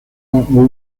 agua